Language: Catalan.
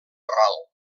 ral